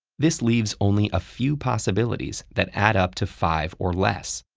this leaves only a few possibilities that add up to five or less.